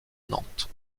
nantes